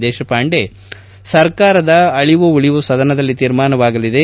ದೇಶಪಾಂಡೆ ಸರ್ಕಾರದ ಅಳಿವು ಉಳಿವು ಸದನದಲ್ಲಿ ತೀರ್ಮಾನವಾಗಲಿದೆ